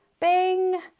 Bing